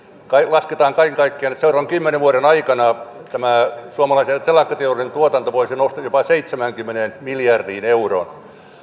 lasketaan kaiken kaikkiaan että seuraavan kymmenen vuoden aikana tämä suomalaisen telakkateollisuuden tuotanto voisi nousta jopa seitsemäänkymmeneen miljardiin euroon